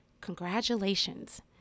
congratulations